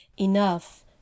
Enough